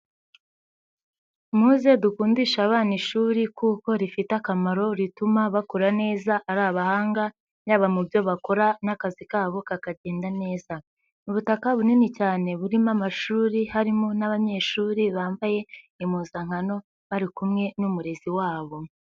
Muze dukundishe abana ishuri kuko rifite akamaro rituma bakura neza ari abahanga, yaba mu byo bakora n'akazi kabo kakagenda neza, ubutaka bunini cyane burimo amashuri harimo n'abanyeshuri bambaye impuzankano, bari kumwe n'umurezi wabo.